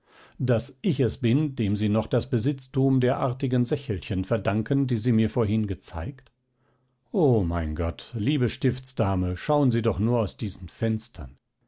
daß ich es bin dem sie noch das besitztum der artigen sächelchen verdanken die sie mir vorhin gezeigt o mein gott liebe stiftsdame schauen sie doch nur aus diesen fenstern